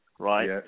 right